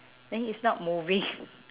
then it's not moving